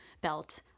belt